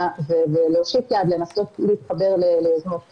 ולהושיט יד לנסות להתחבר ליוזמות קיימות,